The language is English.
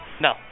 No